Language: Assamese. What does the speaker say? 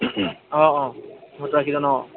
অঁ অঁ সত্তৰ আশীজন অঁ